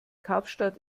kapstadt